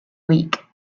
week